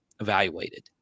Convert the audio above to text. Evaluated